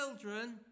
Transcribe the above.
children